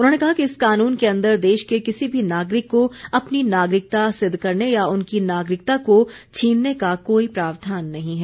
उन्होंने कहा कि इस कानून के अंदर देश के किसी भी नागरिक को अपनी नागरिकता सिद्ध करने या उनकी नागरिकता को छीनने का कोई प्रावधान नहीं है